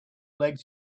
legs